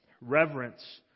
reverence